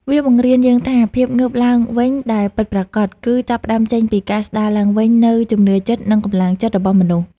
វាបង្រៀនយើងថា ភាពងើបឡើងវិញដែលពិតប្រាកដ គឺចាប់ផ្ដើមចេញពីការស្ដារឡើងវិញនូវ ជំនឿចិត្ត និងកម្លាំងចិត្ត របស់មនុស្ស។